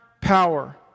power